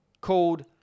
called